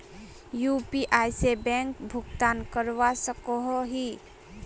UPI से bank भुगतान करवा सकोहो ही?